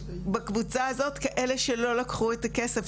בקבוצה הזאת יש כאלה שלא לקחו את הכסף.